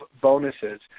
bonuses